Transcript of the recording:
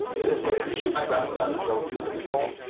is it safe to shoot my gun without a choke tube installed?